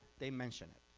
they mention it.